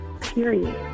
period